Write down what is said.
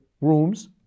rooms